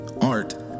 art